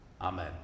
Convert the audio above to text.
Amen